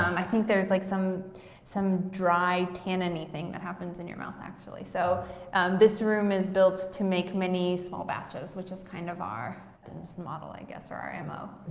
i think there's like some some dry, tannin-y thing that happens in your mouth, actually. so this room is built to make many small batches, which is kind of our business model, i guess, or our m o